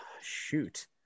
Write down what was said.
shoot